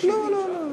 אדוני יושב-ראש הכנסת,